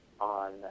on